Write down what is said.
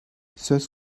söz